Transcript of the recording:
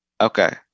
Okay